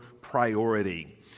priority